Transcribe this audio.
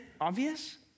obvious